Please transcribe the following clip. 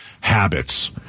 habits